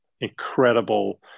incredible